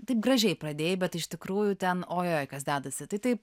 taip gražiai pradėjai bet iš tikrųjų ten oi oi kas dedasi tai taip